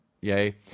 yay